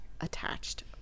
attached